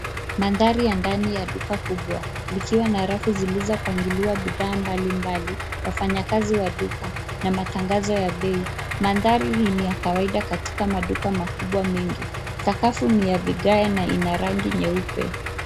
Madhari ya ndani ya duka kubwa likiwa na rafu zilizopangiliwa bidhaa mbali mbali. Wafanyakazi wa duka na matangazo ya bei. Mandhari hii ni ya kawaida katika maduka makubwa mengi. Sakafu ni ya vigae na ina rangi nyeupe.